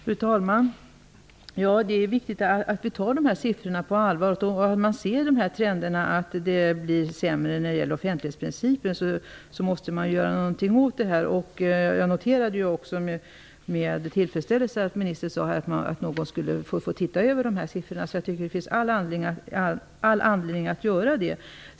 Fru talman! Det är viktigt att ta dessa siffror på allvar. Om man ser att offentlighetsprincipen tenderar att urholkas måste man göra någonting åt detta. Jag noterade med tillfredsställelse att ministern sade att dessa siffror skall ses över. Det finns all anledning att göra detta.